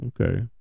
Okay